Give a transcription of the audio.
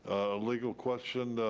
legal question,